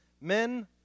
men